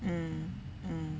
mm mm